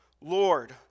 Lord